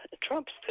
Trump's